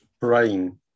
brain